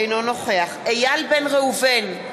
אינו נוכח איל בן ראובן,